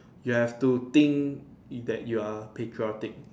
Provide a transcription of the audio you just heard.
you have to think it that you are a patriotic